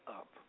up